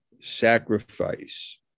sacrifice